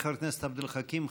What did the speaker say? חבר הכנסת עבד אל חכים חאג'